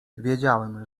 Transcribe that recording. wiedziałem